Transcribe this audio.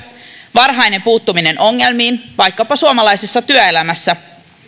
varhainen puuttuminen ongelmiin vaikkapa suomalaisessa työelämässä